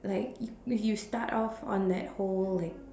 like you start off on that whole like